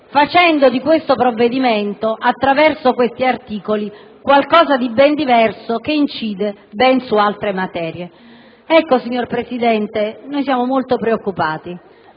facendo di questo provvedimento, attraverso questi articoli, qualcosa di ben diverso e che incide su altre materie. Signor Presidente, siamo molto preoccupati.